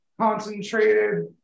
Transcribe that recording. concentrated